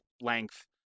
length